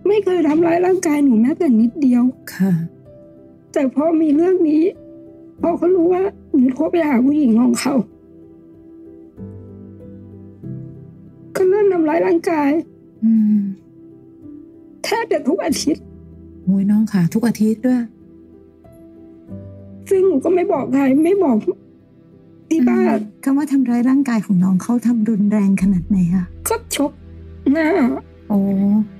ไม่เคยทำร้ายร่างกายหนูแม้แต่นิดเดียวค่ะแต่พอมีเรื่องนี้ พอเขารู้ว่าหนูโทรไปหาผู้หญิงของเขา ก็เริ่มทำร้ายร่างกายอืมแทบจะทุกอาทิตย์โอ้ยน้องค่ะ ทุกอาทิตย์ด้วยซึ่งหนูก็ไม่บอกใคร ไม่บอกที่บ้านอืม คำว่าทำร้ายร่างกายของน้อง เขาทำรุนแรงขนาดไหนอะ?ก็ชกหน้าโอ้